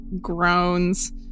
groans